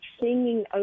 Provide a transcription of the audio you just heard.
singing